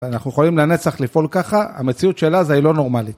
אנחנו יכולים לנצח לפעול ככה, המציאות של עזה היא לא נורמלית.